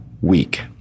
week